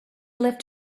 left